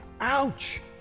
ouch